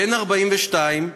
בן 42,